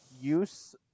use